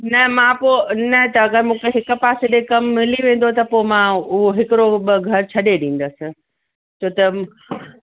न मां पोइ न त अगरि मूंखे हिकु पासे ॾिए कमु मिली वेंदो त पोइ मां उहो हिकिड़ो ॿ घर छॾे ॾींदसि छो त